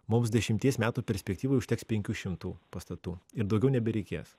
mums dešimties metų perspektyvoj užteks penkių šimtų pastatų ir daugiau nebereikės